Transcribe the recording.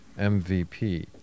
MVP